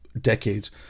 decades